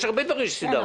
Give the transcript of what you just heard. יש הרבה דברים שהסדרנו.